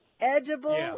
Edible